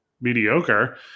mediocre